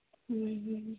ହୁଁ ହୁଁ